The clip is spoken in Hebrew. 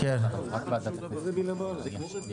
(הישיבה נפסקה בשעה 11:37 ונתחדשה בשעה 11:45.) ממשיכים,